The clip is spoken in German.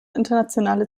internationale